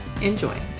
Enjoy